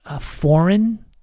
foreign